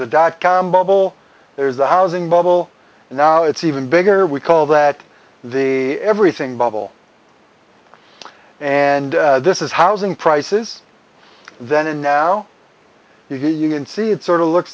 the dotcom bubble there's the housing bubble and now it's even bigger we call that the everything bubble and this is housing prices then and now you can see it sort of look